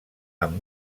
amb